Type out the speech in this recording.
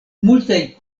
multaj